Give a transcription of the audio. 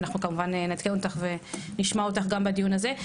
ואנחנו כמובן נעדכן אותך ונשמע אותך גם בדיון הזה.